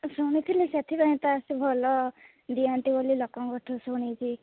ମୁଁ ଶୁଣିଥିଲି ସେଥିପାଇଁ ତ ଆସେ ଭଲ ଦିଅନ୍ତି ବୋଲି ଲୋକଙ୍କଠୁ ଶୁଣିକି